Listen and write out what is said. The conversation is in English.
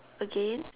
again